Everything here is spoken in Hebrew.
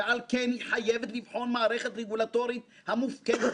ועל כן היא חייבת לבחון מערכת רגולטורית המופקדת